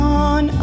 on